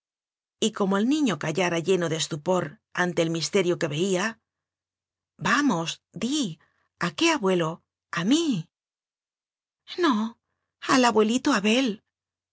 mí y como el niño callara lleno de estu por ante el misterio que veía vamos di a qué abuelo a mí al